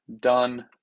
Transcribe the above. done